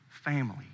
family